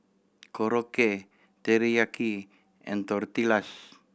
Korokke Teriyaki and Tortillas